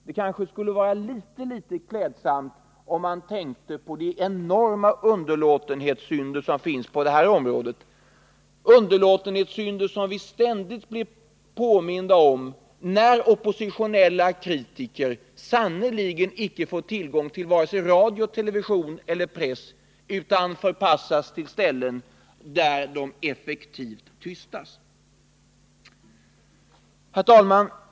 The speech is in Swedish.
Det kanske skulle vara litet klädsamt om man tänkte på de enorma underlåtenhetssynderna på detta område, underlåtenhetssynder som vi ständigt blir påminda om när oppositionella kritiker sannerligen icke får tillgång till vare sig radio, television eller press utan förpassas till ställen där de effektivt tystas. Herr talman!